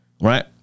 Right